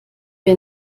wir